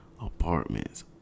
apartments